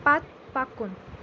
پتہٕ پکُن